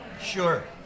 Sure